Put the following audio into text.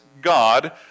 God